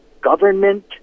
government